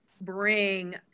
bring